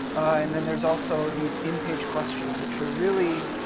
and then there's also these in-page questions, which are really,